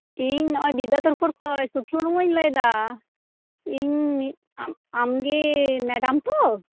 ᱤᱧ ᱱᱚᱜ ᱚᱭ ᱫᱤᱫᱽᱫᱟᱫᱷᱚᱨ ᱯᱩᱨ ᱠᱷᱚᱡ ᱥᱩᱠᱷᱤ ᱢᱩᱨᱢᱩᱧ ᱞᱟᱹᱭ ᱫᱟ ᱤᱧ ᱢᱤᱫ ᱟᱢ ᱜᱮ ᱢᱮᱰᱟᱢ ᱛᱚ